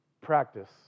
practice